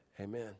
Amen